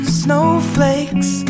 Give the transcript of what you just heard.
snowflakes